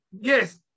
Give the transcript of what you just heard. Yes